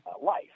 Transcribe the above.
life